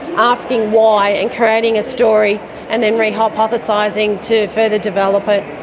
asking why and creating a story and then re-hypothesising to further develop it.